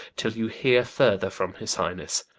till you heare further from his highnesse